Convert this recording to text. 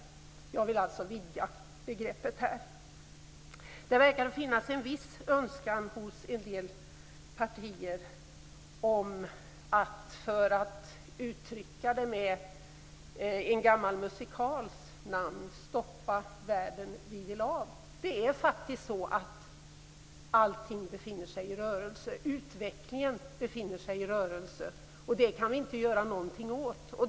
Jag vill alltså vidga begreppet. Det verkar finnas en önskan hos en del partier som kan uttryckas med namnet på en gammal musikal: Stoppa världen, vi vill av! Det är faktiskt så att allting befinner sig i rörelse. Utvecklingen befinner sig i rörelse. Det kan vi inte göra någonting åt.